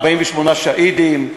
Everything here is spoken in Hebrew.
48 שהידים.